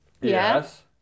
Yes